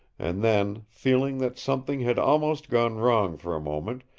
and then, feeling that something had almost gone wrong for a moment,